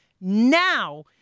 now